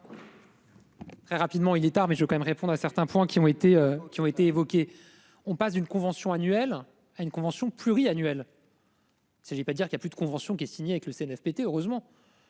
Très rapidement, il est tard mais je vais quand même répondre à certains points qui ont été qui ont été évoqués. On passe d'une convention annuelle à une convention pluriannuelle.-- S'agit pas dire qu'il y a plus de convention qui est signée avec le Cnfpt. Heureusement,